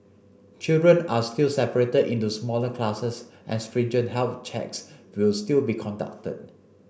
children are still separated into smaller classes and stringent health checks will still be conducted